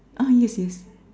ah yes yes